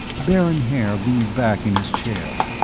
baron haer leaned back in his chair,